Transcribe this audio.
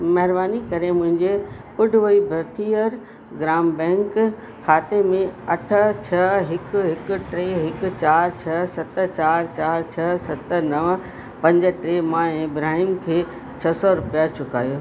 महिरबानी करे मुंहिंजे पुडवई भरतीअर ग्राम बैंक खाते अठ छह हिकु हिकु टे हिकु चारि छह सत चारि चारि छ्ह सत नव पंज टे मां इब्राहिम खे छह सौ रुपया चुकायो